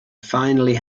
finally